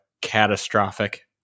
catastrophic